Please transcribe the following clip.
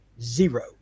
Zero